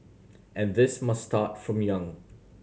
and this must start from young